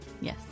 Yes